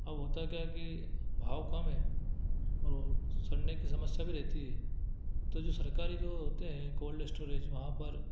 अब होता क्या है कि भाव कम है और सनडे की समस्या भी रहती है तो जो सरकारी जो होते हैं कोल्ड स्टॉरेज वहाँ पर